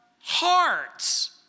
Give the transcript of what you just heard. hearts